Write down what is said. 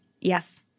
yes